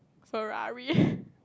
Ferrari